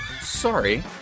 Sorry